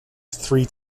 three